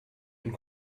und